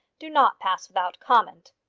do not pass without comment.